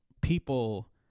people